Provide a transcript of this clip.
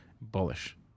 bullish